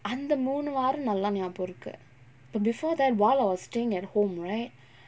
அந்த மூனு வாரோ நல்லா ஞாபககோ இருக்கு:antha moonu vaaro nallaa nyabako irukku but before that while I was staying at home right